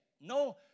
No